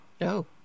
No